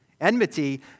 Enmity